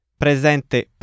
presente